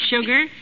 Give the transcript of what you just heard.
sugar